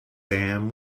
sam